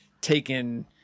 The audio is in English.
taken